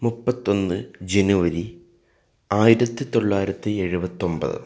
മുപ്പത്തൊന്ന് ജനുവരി ആയിരത്തിത്തൊള്ളായിരത്തി എഴുപത്തൊമ്പത്